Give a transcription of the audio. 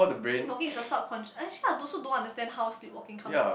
sleepwalking is a subconsciou~ actually I also don't understand how sleepwalking comes about